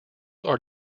are